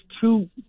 two